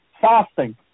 fasting